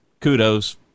kudos